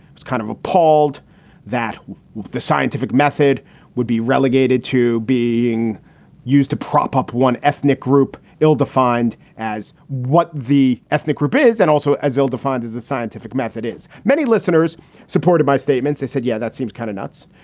it's kind of appalled that the scientific method would be relegated to being used to prop up one ethnic group ill defined as what the ethnic group is and also as ill-defined as the scientific method is many listeners supported by statements, they said, yeah, that seems kind of nuts.